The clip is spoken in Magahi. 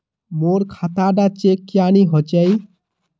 मोर खाता डा चेक क्यानी होचए?